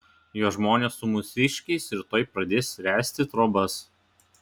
jo žmonės su mūsiškiais rytoj pradės ręsti trobas